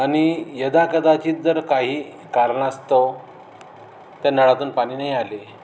आणि यदाकदाचित जर काही कारणास्तव त्या नळातून पाणी नाही आले